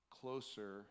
closer